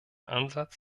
ansatz